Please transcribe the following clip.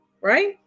right